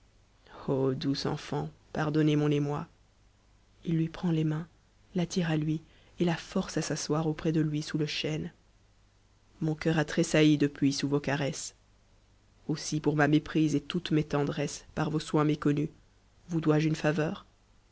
douce enfant pardonnez mon émoi f mains s'asseoir auprès de lui tous lt c ic nt mon cœur a tressailli depuis sous vos caresses aussi pour ma méprise et toutes mes tendresses par vos soins méconnus vous dois-je une faveur